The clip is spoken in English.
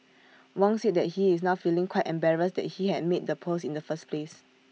Wong said that he is now feeling quite embarrassed that he had made the post in the first place